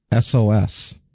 SOS